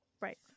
Right